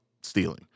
stealing